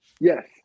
Yes